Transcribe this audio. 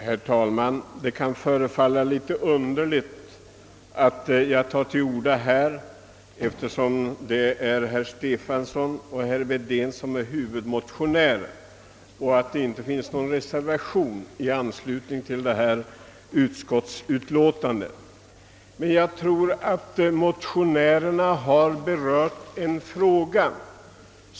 Herr talman! Det kan förefalla litet underligt att jag tar till orda i detta ärende, då det inte har fogats någon reservation till utskottets utlåtande och då det är herr Wedén som är huvudmotionär i denna kammare.